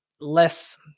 less